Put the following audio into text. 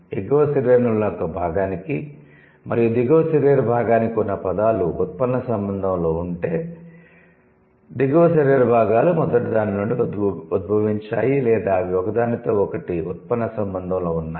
ఎగువ శరీరంలోని ఒక భాగానికి మరియు దిగువ శరీర భాగానికి ఉన్న పదాలు ఉత్పన్న సంబంధంలో ఉంటే దిగువ శరీర భాగాలు మొదటి దాని నుండి ఉద్భవించాయి లేదా అవి ఒకదానితో ఒకటి ఉత్పన్న సంబంధంలో ఉన్నాయి